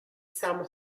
some